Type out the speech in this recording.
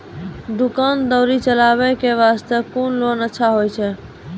दुकान दौरी चलाबे के बास्ते कुन लोन अच्छा होय छै?